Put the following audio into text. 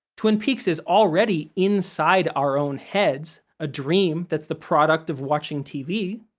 twin peaks is already inside our own heads, a dream that's the product of watching tv.